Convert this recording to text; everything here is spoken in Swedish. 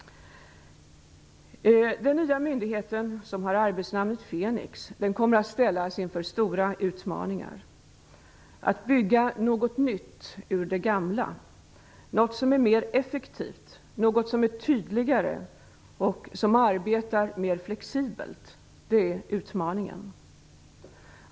Den nya myndigheten, som har arbetsnamnet Fenix, kommer att ställas inför stora utmaningar. Att bygga något nytt ur det gamla, något som är mer effektivt, något som är tydligare och som arbetar mer flexibelt - det är utmaningen.